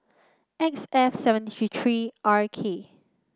X F seven three R K